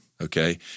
okay